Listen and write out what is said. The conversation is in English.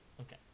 Okay